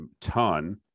ton